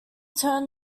turn